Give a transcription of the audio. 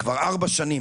כבר ארבע שנים,